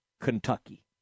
Kentucky